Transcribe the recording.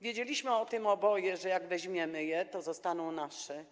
Wiedzieliśmy o tym oboje, że jak je weźmiemy, to zostaną nasze.